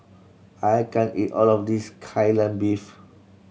I can't eat all of this Kai Lan Beef